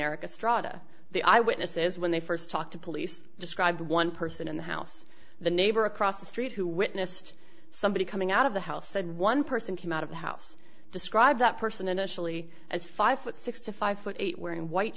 estrada the eyewitnesses when they first talked to police describe one person in the house the neighbor across the street who witnessed somebody coming out of the house said one person came out of the house described that person initially as five foot six to five foot eight wearing white